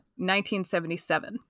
1977